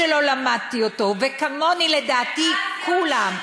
שלא למדתי אותו, וכמוני, לדעתי, כולם.